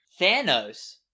Thanos